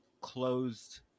closed